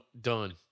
Done